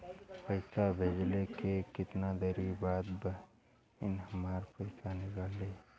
पैसा भेजले के कितना देरी के बाद बहिन हमार पैसा निकाल लिहे?